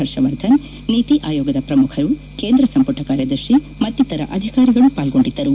ಹರ್ಷವರ್ಧನ್ ನೀತಿ ಆಯೋಗದ ಪ್ರಮುಖರು ಕೇಂದ್ರ ಸಂಪುಟ ಕಾರ್ಯದರ್ಶಿ ಮತ್ತಿತರ ಅಧಿಕಾರಿಗಳು ಪಾರ್ಗೊಂಡಿದ್ದರು